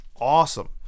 awesome